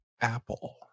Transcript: Apple